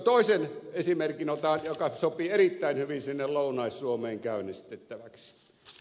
toisen esimerkin otan joka sopii erittäin hyvin sinne lounais suomeen käynnistettäväksi